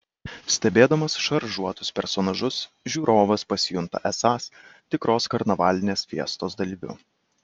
stebėdamas šaržuotus personažus žiūrovas pasijunta esąs tikros karnavalinės fiestos dalyviu